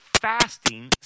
fasting